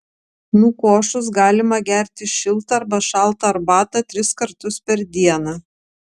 nukošus galima gerti šiltą arba šaltą arbatą tris kartus per dieną